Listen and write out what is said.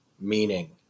meaning